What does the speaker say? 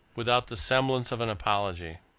without the semblance of an apology.